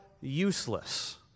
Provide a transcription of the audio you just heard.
useless